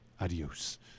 Adios